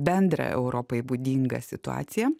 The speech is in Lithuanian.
bendrą europai būdingą situaciją